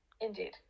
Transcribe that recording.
Indeed